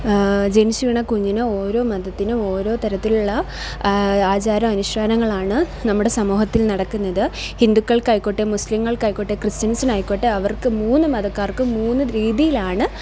ജനിച്ചുവീണ കുഞ്ഞിന് ഓരോ മതത്തിനും ഓരോ തരത്തിലുള്ള ആചാരാനുഷ്ഠാനങ്ങളാണ് നമ്മുടെ സമൂഹത്തില് നടക്കുന്നത് ഹിന്ദുക്കള്ക്കായിക്കോട്ടെ മുസ്ലിങ്ങള്ക്കായിക്കോട്ടെ ക്രിസ്റ്റ്യന്സിനായിക്കോട്ടെ അവര്ക്ക് മൂന്ന് മതക്കാര്ക്കും മൂന്ന് രീതിയിലാണ്